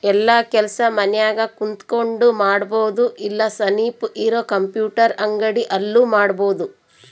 ಯೆಲ್ಲ ಕೆಲಸ ಮನ್ಯಾಗ ಕುಂತಕೊಂಡ್ ಮಾಡಬೊದು ಇಲ್ಲ ಸನಿಪ್ ಇರ ಕಂಪ್ಯೂಟರ್ ಅಂಗಡಿ ಅಲ್ಲು ಮಾಡ್ಬೋದು